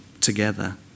together